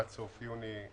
עד סוף יוני,